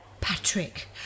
Patrick